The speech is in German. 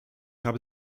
habe